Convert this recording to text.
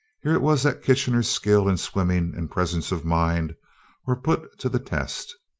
here it was that kitchener's skill in swimming and presence of mind were put to the test.